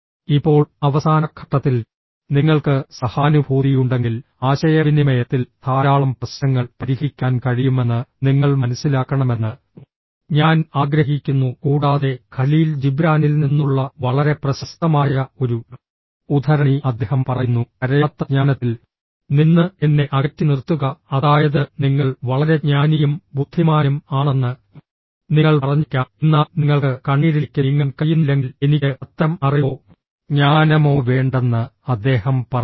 ഇപ്പോൾ അവസാന ഘട്ടത്തിൽ നിങ്ങൾക്ക് സഹാനുഭൂതിയുണ്ടെങ്കിൽ ആശയവിനിമയത്തിൽ ധാരാളം പ്രശ്നങ്ങൾ പരിഹരിക്കാൻ കഴിയുമെന്ന് നിങ്ങൾ മനസ്സിലാക്കണമെന്ന് ഞാൻ ആഗ്രഹിക്കുന്നു കൂടാതെ ഖലീൽ ജിബ്രാനിൽ നിന്നുള്ള വളരെ പ്രശസ്തമായ ഒരു ഉദ്ധരണി അദ്ദേഹം പറയുന്നു കരയാത്ത ജ്ഞാനത്തിൽ നിന്ന് എന്നെ അകറ്റി നിർത്തുക അതായത് നിങ്ങൾ വളരെ ജ്ഞാനിയും ബുദ്ധിമാനും ആണെന്ന് നിങ്ങൾ പറഞ്ഞേക്കാം എന്നാൽ നിങ്ങൾക്ക് കണ്ണീരിലേക്ക് നീങ്ങാൻ കഴിയുന്നില്ലെങ്കിൽ എനിക്ക് അത്തരം അറിവോ ജ്ഞാനമോ വേണ്ടെന്ന് അദ്ദേഹം പറയുന്നു